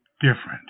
different